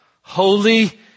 holy